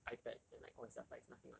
ipad and like all that stuff like is nothing [one]